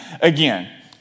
again